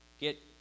Get